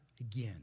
again